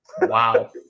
Wow